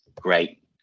great